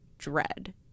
Dread